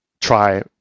try